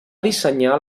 dissenyar